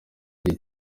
gice